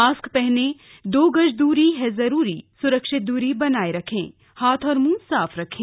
mask पहने दो गज की दूरी है जरूरी सुरक्षित दूरी बनाए रखें हाथ और मुंह साफ रखें